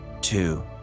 two